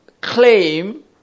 claim